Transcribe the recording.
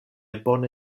bone